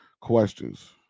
questions